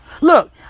Look